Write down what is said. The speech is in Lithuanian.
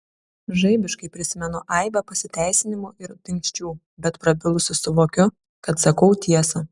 žaibiškai prisimenu aibę pasiteisinimų ir dingsčių bet prabilusi suvokiu kad sakau tiesą